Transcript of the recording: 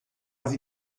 sie